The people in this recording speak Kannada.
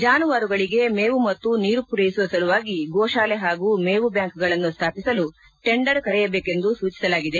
ಜಾನುವಾರುಗಳಿಗೆ ಮೇವು ಮತ್ತು ನೀರು ಪೂರೈಸುವ ಸಲುವಾಗಿ ಗೋಶಾಲೆ ಹಾಗೂ ಮೇವು ಬ್ಯಾಂಕ್ಗಳನ್ನು ಸ್ಥಾಪಿಸಲು ಟೆಂಡರ್ ಕರೆಯಬೇಕೆಂದು ಸೂಚಿಸಲಾಗಿದೆ